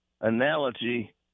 analogy